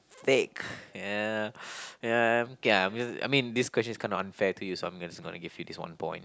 thick ya ya okay I mean I mean this question is kind of unfair to you so I'm just gonna give you this one point